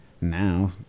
Now